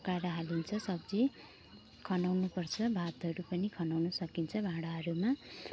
पकाएर हालिन्छ सब्जी खनाउनुपर्छ भातहरू पनि खनाउनु सकिन्छ भाँडाहरूमा